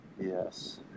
Yes